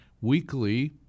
weekly